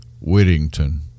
Whittington